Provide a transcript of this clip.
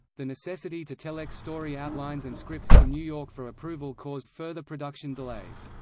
the necessity to telex story outlines and scripts to new york for approval caused further production delays.